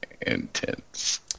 Intense